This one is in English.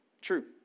True